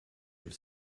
have